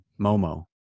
Momo